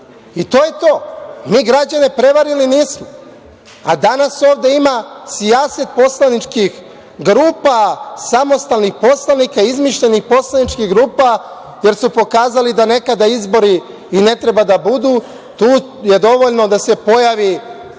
i to je to. Mi građane prevarili nismo. Danas ovde ima sijaset poslaničkih grupa, samostalnih poslanika, izmišljenih poslaničkih grupa, jer su pokazali da nekada izbori i ne treba da budu. Tu je dovoljno da se pojavi